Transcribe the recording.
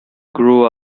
grow